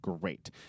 great